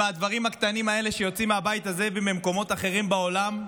והדברים הקטנים האלה שיוצאים מהבית הזה וממקומות אחרים בעולם,